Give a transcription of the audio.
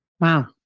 Wow